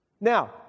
Now